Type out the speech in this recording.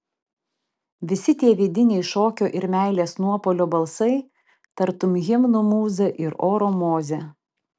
visi tie vidiniai šokio ir meilės nuopuolio balsai tartum himnų mūza ir oro mozė